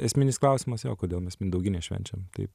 esminis klausimas jo kodėl mes mindaugines švenčiam taip